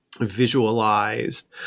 visualized